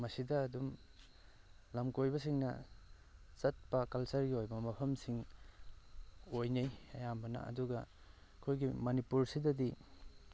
ꯃꯁꯤꯗ ꯑꯗꯨꯝ ꯂꯝ ꯀꯣꯏꯕꯁꯤꯡꯅ ꯆꯠꯄ ꯀꯜꯆꯔꯒꯤ ꯑꯣꯏꯕ ꯃꯐꯝꯁꯤꯡ ꯑꯣꯏꯅꯩ ꯑꯌꯥꯝꯕꯅ ꯑꯗꯨꯒ ꯑꯩꯈꯣꯏꯒꯤ ꯃꯅꯤꯄꯨꯔꯁꯤꯗꯗꯤ